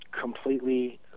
completely